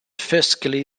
fiscally